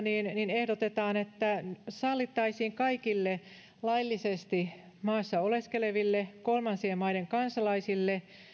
ehdotetaan että sallittaisiin kaikille laillisesti maassa oleskeleville kolmansien maiden kansalaisille